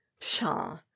pshaw